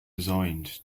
designed